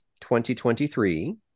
2023